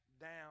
down